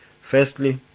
Firstly